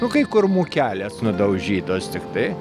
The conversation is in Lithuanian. nu kai kur mūkelės nudaužytos tiktai